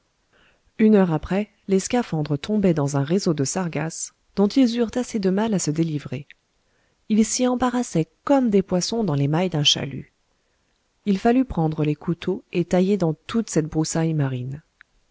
une heure après les scaphandres tombaient dans un réseau de sargasses dont ils eurent assez de mal à se délivrer ils s'y embarrassaient comme des poissons dans les mailles d'un chalut il fallut prendre les couteaux et tailler dans toute cette broussaille marine